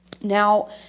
Now